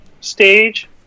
stage